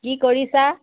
কি কৰিছা